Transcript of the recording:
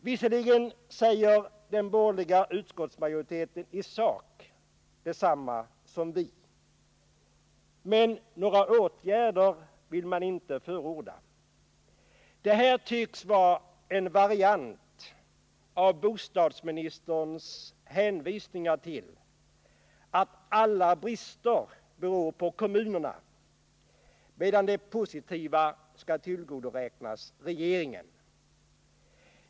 Visserligen säger den borgerliga utskottsmajoriteten i sak detsamma som vi. men några åtgärder vill man inte förorda. Det här tycks vara en variant på bostadsministerns hänvisningar till att alla brister beror på kommunerna, medan det positiva skall tillgodoräknas regeringen.